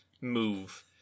move